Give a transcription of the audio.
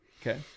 Okay